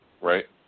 Right